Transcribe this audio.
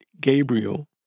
Gabriel